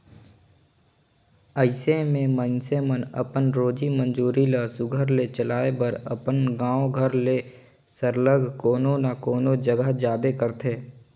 अइसे में मइनसे मन अपन रोजी मंजूरी ल सुग्घर ले चलाए बर अपन गाँव घर ले सरलग कोनो न कोनो जगहा जाबे करथे